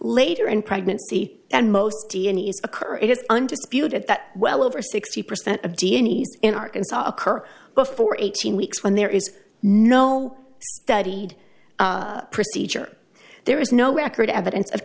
later in pregnancy and most occur it is undisputed that well over sixty percent of d n a in arkansas occur before eighteen weeks when there is no studied procedure there is no record evidence of